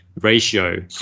ratio